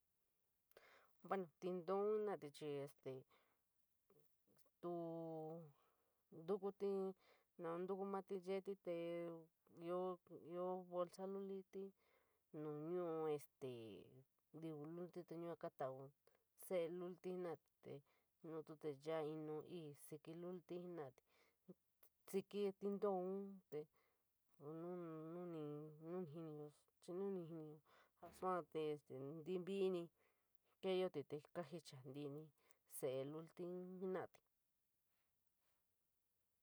Bueno, ñintoo jenarati chií este, tuo ñtukute in nuu tuññiiñ yere ió, ioo baloo lullii in nuu este ñintii sonií, pues kuu tuo kuu kaantuu te tuo te choro ñuu ti kiti jenoraíti, ññtiiñ buoun te ñnuu ñduoudiiñ saa tuo este yuu chií ñíñí, kee yoti te kaa jiñoti tiññi see luliií jenoraíti.